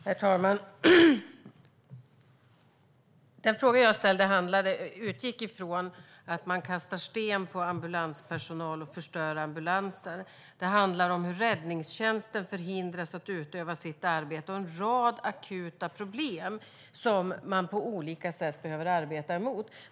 Herr talman! Den fråga jag ställde utgick från att det kastas sten på ambulanspersonal och ambulanser förstörs. Det handlar om hur räddningstjänsten förhindras att utöva sitt arbete och en rad akuta problem som man på olika sätt behöver arbeta mot.